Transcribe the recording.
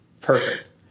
perfect